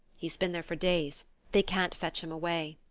he's been there for days they can't fetch him away,